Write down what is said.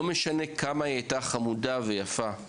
לא משנה כמה היא הייתה חמודה ויפה,